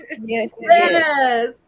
yes